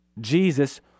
Jesus